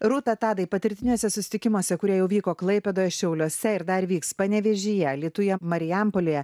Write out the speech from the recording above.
rūta tadai patirtinėse susitikimuose kurie jau vyko klaipėdoje šiauliuose ir dar vyks panevėžyje alytuje marijampolėje